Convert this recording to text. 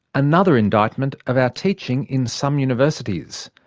another indictment of our teaching in some universities.